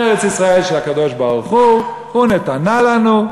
שארץ-ישראל של הקדוש-ברוך-הוא, הוא נתנה לנו.